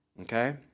okay